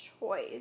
choice